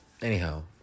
Anyhow